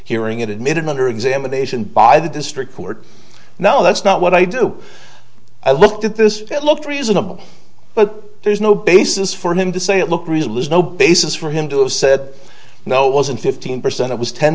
hearing it admitted under examination by the district court now that's not what i do i looked at this it looked reasonable but there's no basis for him to say that look reasonable is no basis for him to have said no it wasn't fifteen percent it was ten